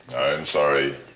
sorry.